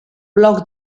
blog